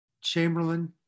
chamberlain